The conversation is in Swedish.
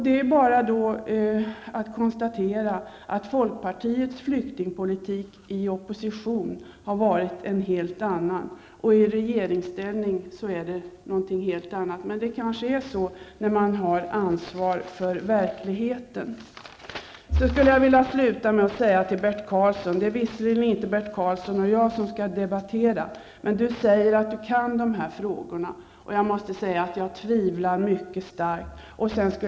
Det är bara att konstatera att folkpartiets flyktingpolitik i opposition har varit en helt annan än den man nu för i regeringsställning. Men så är det kanske när man har ansvar för verkligheten. Sedan skulle jag vilja sluta med att säga till Bert Karlsson -- det är visserligen inte Bert Karlsson och jag som skall debattera -- att han säger att han kan de här frågorna, men jag tvivlar mycket starkt på det.